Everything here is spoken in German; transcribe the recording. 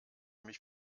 mich